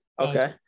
okay